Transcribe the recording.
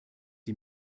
die